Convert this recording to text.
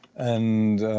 and,